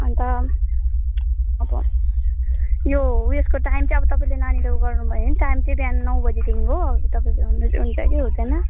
अन्त अब यो उएसको टाइम चाहिँ अब तपाईँले नानीलाई उ गर्नु भयो भने टाइम चाहिँ बिहान नौ बजीदेखि हो तपाईँ भ्याउनु चाहिँ हुन्छ कि हुँदैन